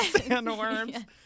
Sandworms